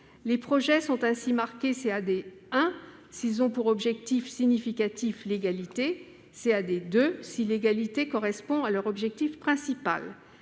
Les projets sont ainsi marqués CAD 1 s'ils ont pour objectif significatif l'égalité et CAD 2 si l'égalité correspond à leur objectif principal.